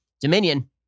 Dominion